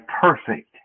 perfect